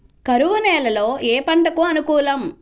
కరువు నేలలో ఏ పంటకు అనుకూలం?